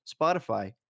Spotify